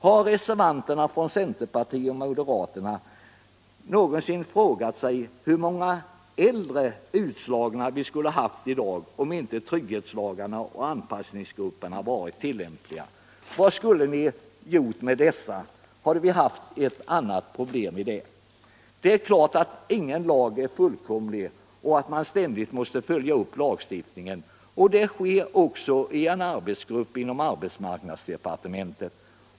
Har reservanterna från centerpartiet och moderata samlingspartiet någonsin frågat sig hur många äldre utslagna vi skulle haft politiken Arbetsmarknadspolitiken i dag om inte trygghetslagarna och anpassningsgrupperna varit tillämpliga? Vad skulle ni ha gjort med dessa? Det hade varit ett annat problem för oss att ta itu med. Det är klart att ingen lag är fullkomlig och att man ständigt måste följa upp lagstiftningen. Det sker också i en arbetsgrupp inom arbetsmarknadsdepartementet.